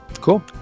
Cool